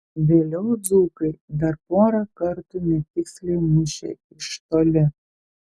vėliau dzūkai dar porą kartų netiksliai mušė iš toli